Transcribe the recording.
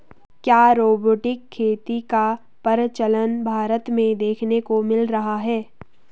क्या रोबोटिक खेती का प्रचलन भारत में देखने को मिल रहा है?